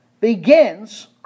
begins